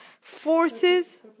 forces